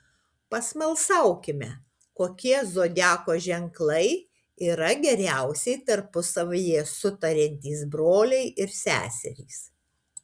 pasmalsaukime kokie zodiako ženklai yra geriausiai tarpusavyje sutariantys broliai ir seserys